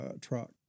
truck